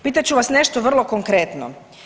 Pitat ću vas nešto vrlo konkretno.